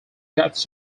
gets